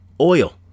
oil